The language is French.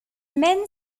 mène